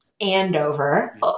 Andover